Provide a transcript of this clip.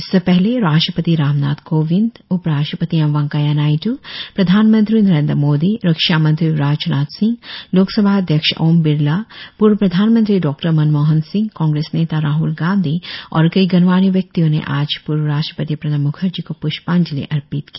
इससे पहले राष्ट्रपति रामनाथ कोविंद उपराष्ट्रपति एम वेंकैया नायड्र प्रधानमंत्री नरेन्द्र मोदी रक्षामंत्री राजनाथ सिंह लोकसभा अध्यक्ष ओम बिड़ला पूर्व प्रधानमंत्री डॉ मनमोहन सिंह कांग्रेस नेता राहल गांधी और कई गणमान्य व्यक्तियों ने आज पूर्व राष्ट्रपति प्रणब म्खर्जी को प्ष्पांजलि अर्पित की